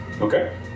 Okay